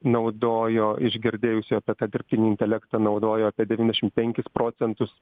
naudojo iš girdėjusių apie tą dirbtinį intelektą naudojo apie devyniasdešim penkis procentus